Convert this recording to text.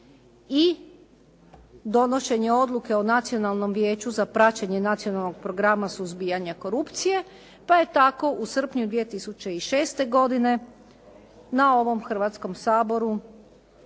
i donošenje Odluke o nacionalnom vijeću za praćenje Nacionalnog programa suzbijanja korupcije, pa je tako u srpnju 2006. godine na ovom Hrvatskom saboru